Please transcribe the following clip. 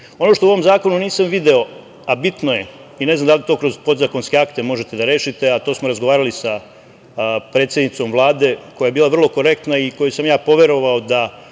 što u ovom zakonu nisam video, a bitno je ili ne znam da li to kroz podzakonske akte možete da rešite, a to smo razgovarali sa predsednicom Vlade koja je bila vrlo korektna i kojoj sam ja poveravao da